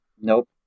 Nope